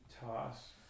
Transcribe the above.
toss